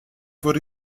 wurde